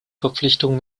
verpflichtung